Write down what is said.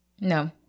no